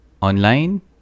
online